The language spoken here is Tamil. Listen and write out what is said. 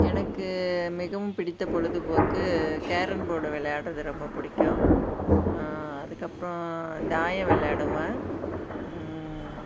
எனக்கு மிகவும் பிடித்த பொழுதுபோக்கு கேரன் போர்டு விளையாடுறது ரொம்ப பிடிக்கும் அதுக்கப்புறம் தாயம் விளையாடுவேன்